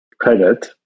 credit